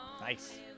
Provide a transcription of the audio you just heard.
Nice